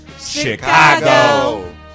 Chicago